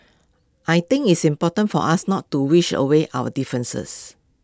I think it's important for us not to wish away our differences